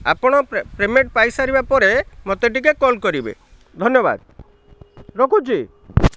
ଆପଣ ପେମେଣ୍ଟ୍ ପାଇସାରିବା ପରେ ମୋତେ ଟିକେ କଲ୍ କରିବେ ଧନ୍ୟବାଦ ରଖୁଛି